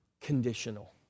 conditional